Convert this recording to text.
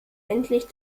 endlich